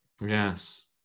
yes